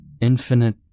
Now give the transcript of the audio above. Infinite